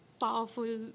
powerful